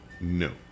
no